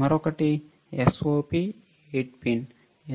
మరొకటి SOP 8 pin